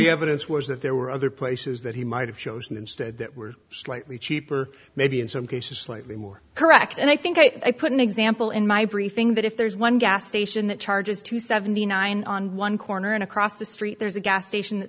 evidence was that there were other places that he might have chosen instead that were slightly cheaper maybe in some cases slightly more correct and i think i put an example in my briefing that if there's one gas station that charges two seventy nine on one corner and across the street there's a gas station that